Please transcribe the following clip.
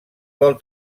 vol